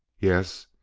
yes,